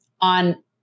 on